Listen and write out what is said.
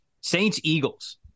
Saints-Eagles